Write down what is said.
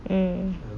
mm